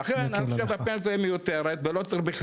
לכן הפנסיה מיותרת ולא צריך בכלל.